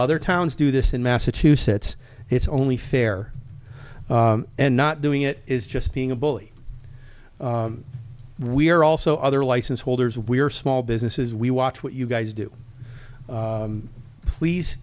other towns do this in massachusetts it's only fair and not doing it is just being a bully we are also other license holders we are small businesses we watch what you guys do please